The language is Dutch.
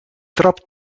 trap